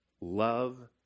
love